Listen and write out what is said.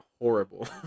horrible